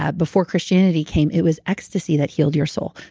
ah before christianity came, it was ecstasy that healed your soul.